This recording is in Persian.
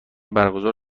برگزار